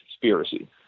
conspiracy